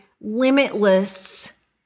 limitless